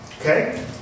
Okay